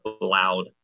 loud